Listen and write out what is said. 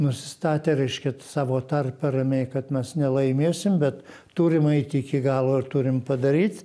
nusistatę reiškia savo tarpe ramiai kad mes nelaimėsim bet turim eiti iki galo ir turim padaryt